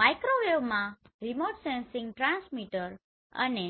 માઇક્રોવેવમાં remote sensing transmitter અને